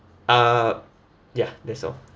uh ya that's all